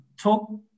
Talk